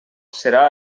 serà